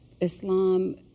Islam